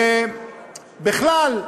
בכלל,